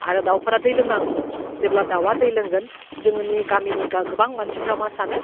आरो दाउफोरा दै लोंनांगौ जेब्ला दाउवा दै लोंगोन जोङो नि गामिनि गोबां मानसिफ्रा मा सानो